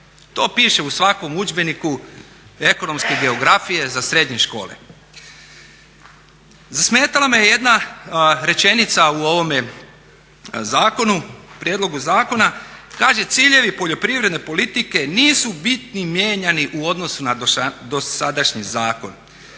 To piše u svakom udžbeniku ekonomske geografije za srednje škole. Zasmetala me jedna rečenica u ovome zakonu, prijedloga zakona. Kaže ciljevi poljoprivredne politike nisu bitni mijenjani u odnosu na dosadašnji zakon.